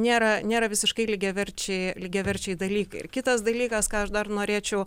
nėra nėra visiškai lygiaverčiai lygiaverčiai dalykai ir kitas dalykas ką aš dar norėčiau